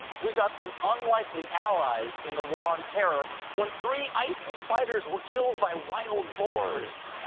we got some unlikely allies in the war on terror when three isis fighters were killed by wild boars.